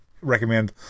recommend